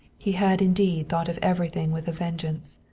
he had indeed thought of everything with a vengeance,